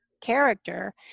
character